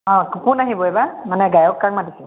অ কোন আহিব এইবাৰ মানে গায়ক কাক মাতিছে